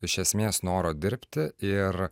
iš esmės noro dirbti ir